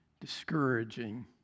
discouraging